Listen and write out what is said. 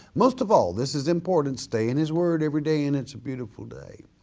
most of all, this is important, stay in his word everyday in it's a beautiful day.